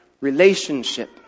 Relationship